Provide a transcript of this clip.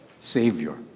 Savior